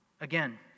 again